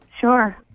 Sure